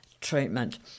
treatment